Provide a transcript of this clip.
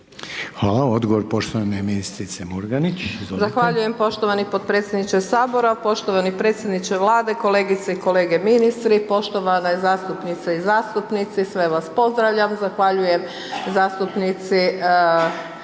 Hvala. Odgovor poštovane ministrice Murganić, izvolite. **Murganić, Nada (HDZ)** Zahvaljujem poštovani potpredsjedniče Sabora, poštovani predsjedniče Vlade, kolegice i kolege ministri, poštovane zastupnice i zastupnici, sve vas pozdravljam. Zahvaljujem zastupnici